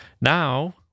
now